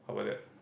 how bout that